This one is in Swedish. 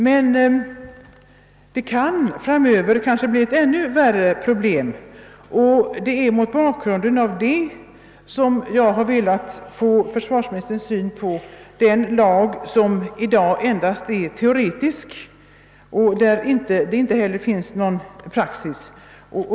Men det kan framöver kanske bli ett ännu värre problem, och det är mot den bakgrunden som jag har velat få försvarsministerns syn på den lag som i dag endast är teoretisk och där det inte heller finns någon praxis.